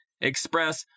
express